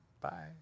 bye